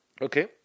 Okay